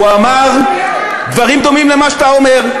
הוא אמר דברים דומים למה שאתה אומר.